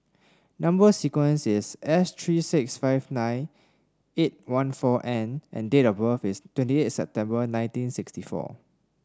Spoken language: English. number sequence is S three six five nine eight one four N and date of birth is twenty eighth September nineteen sixty four